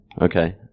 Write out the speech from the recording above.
Okay